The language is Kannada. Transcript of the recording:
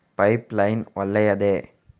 ಪೈಪ್ ಲೈನ್ ಒಳ್ಳೆಯದೇ?